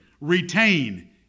Retain